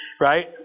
right